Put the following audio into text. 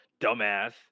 dumbass